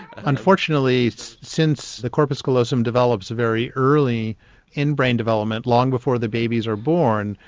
unfortunately since the corpus callosum develops very early in brain development, long before the babies are born,